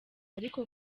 ariko